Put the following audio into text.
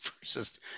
versus